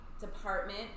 department